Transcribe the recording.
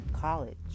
college